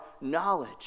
knowledge